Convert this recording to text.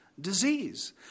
disease